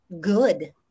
good